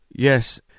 Yes